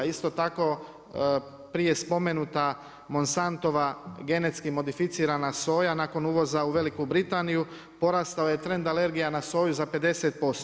Isto tako, prije spomenuta Monsantova genetska modificirana soja, nakon uvoza u Veliku Britaniju, porastao je trend alergija na soju, za 50%